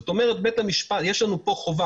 זאת אומרת יש לנו פה חובה